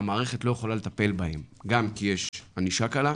והמערכת לא יכולה לטפל בהם גם כי יש ענישה קלה,